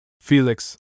Felix